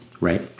right